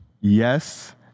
Yes